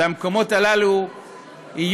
מדינה